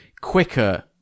quicker